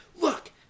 look